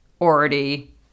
already